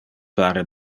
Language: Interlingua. pare